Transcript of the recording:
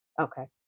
okay